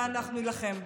ואנחנו נילחם.